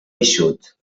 eixut